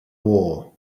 war